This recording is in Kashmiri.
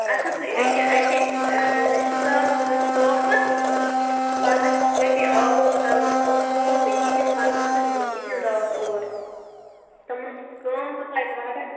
اَسہِ اوسے أکہِ أتی رِشتہٕ دارس ہُتہٕ سوپرٕ پتہٕ ٲسۍ أسۍ تتی آوُر تِم تِمو مون نہٕ کِہیٖنٛۍ پتہٕ ٲسٕے نہٕ بہٕ کِہیٖنٛۍ راتھ اور تِمن ٲس کٲم تہِ تتہِ واریاہ